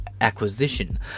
acquisition